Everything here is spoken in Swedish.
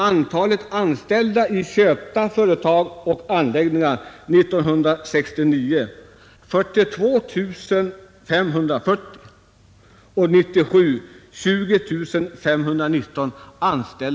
Antalet anställda i köpta företag och anläggningar var 1969 42 540 och 1970 20 519.